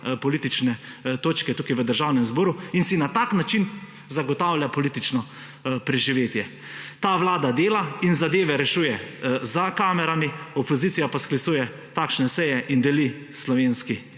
politične točke tukaj v Državnem zboru in si na tak način zagotavlja politično preživetje. Ta vlada dela in zadeve rešuje za kamerami, opozicija pa sklicuje takšne seje in delo slovenski